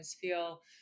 feel